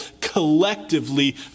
collectively